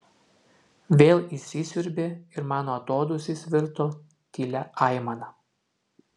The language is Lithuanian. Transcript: vėl įsisiurbė ir mano atodūsis virto tylia aimana